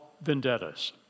vendettas